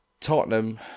Tottenham